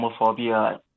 homophobia